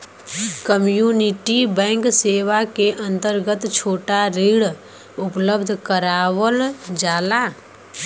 community bank सेवा क अंतर्गत छोटा ऋण उपलब्ध करावल जाला